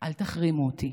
אל תחרימו אותי,